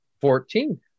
Fourteen